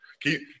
Keep